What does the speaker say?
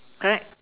correct